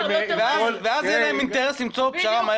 אז יהיה להם אינטרס למצוא פשרה.